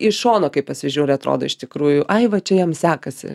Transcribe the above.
iš šono kai pasižiūri atrodo iš tikrųjų ai va čia jam sekasi